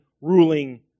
ruling